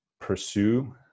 pursue